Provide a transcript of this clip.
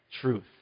truth